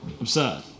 absurd